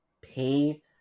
pay